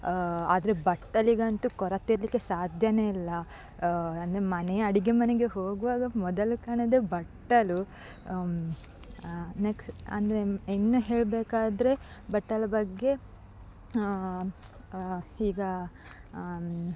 ಆದರೆ ಬಟ್ಟಲಿಗಂತು ಕೊರತೆ ಇರಲಿಕ್ಕೆ ಸಾಧ್ಯವೇ ಇಲ್ಲ ಅಂದರೆ ಮನೆಯ ಅಡಿಗೆ ಮನೆಗೆ ಹೋಗುವಾಗ ಮೊದಲು ಕಾಣುವುದೆ ಬಟ್ಟಲು ನೆಕ್ಸ್ ಅಂದರೆ ಇನ್ನು ಹೇಳಬೇಕಾದ್ರೆ ಬಟ್ಟಲು ಬಗ್ಗೆ ಈಗ